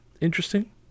Interesting